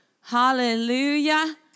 Hallelujah